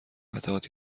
قطعات